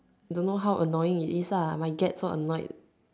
don't know how annoying it is lah might get so annoyed